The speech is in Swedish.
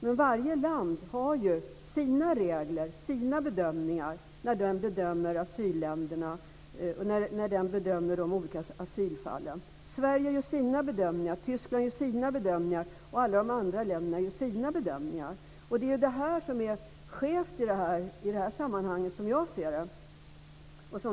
Men varje land har ju sina regler och gör sina bedömningar när de olika asylfallen behandlas. Sverige gör sina bedömningar, Tyskland gör sina bedömningar och alla de andra länderna gör sina bedömningar. Detta är det skeva i det här sammanhanget, som jag ser det.